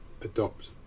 adopt